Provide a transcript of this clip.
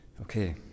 Okay